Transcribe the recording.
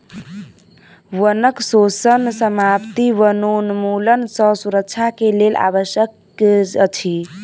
वनक शोषण समाप्ति वनोन्मूलन सँ सुरक्षा के लेल आवश्यक अछि